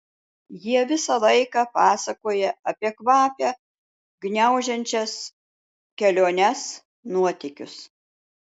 jie visą laiką pasakoja apie kvapią gniaužiančias keliones nuotykius